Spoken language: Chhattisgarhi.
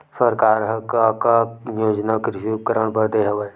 सरकार ह का का योजना कृषि उपकरण बर दे हवय?